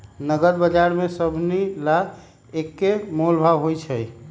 नगद बजार में सभनि ला एक्के मोलभाव होई छई